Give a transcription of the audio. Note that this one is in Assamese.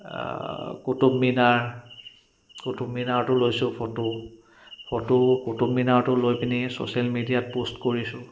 কুটুবমিনাৰ কুটুবমিনাৰতো লৈছোঁ ফটো ফটো কুটুবমিনাতো লৈ পিনি চচিয়েল মিডিয়াত প'ষ্ট কৰিছোঁ